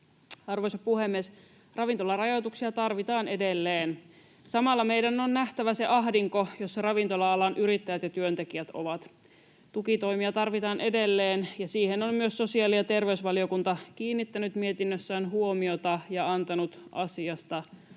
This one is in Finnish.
Arvoisa puhemies! Ravintolarajoituksia tarvitaan edelleen. Samalla meidän on nähtävä se ahdinko, jossa ravintola-alan yrittäjät ja työntekijät ovat. Tukitoimia tarvitaan edelleen, ja siihen on myös sosiaali‑ ja terveysvaliokunta kiinnittänyt mietinnössään huomiota ja antanut asiasta kolmannen